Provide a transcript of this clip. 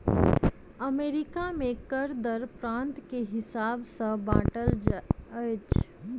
America में कर दर प्रान्त के हिसाब सॅ बाँटल अछि